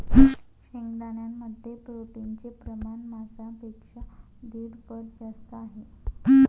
शेंगदाण्यांमध्ये प्रोटीनचे प्रमाण मांसापेक्षा दीड पट जास्त आहे